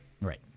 Right